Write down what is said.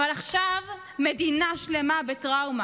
אבל עכשיו מדינה שלמה בטראומה,